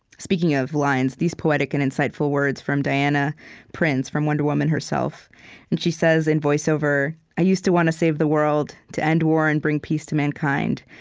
speaking of lines, these poetic and insightful words from diana prince, from wonder woman herself and she says, in voiceover i used to want to save the world, to end war and bring peace to mankind.